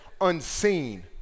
unseen